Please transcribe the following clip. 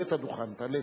הנאצים, ראוי